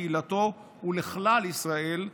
לקהילתו ולכלל ישראל,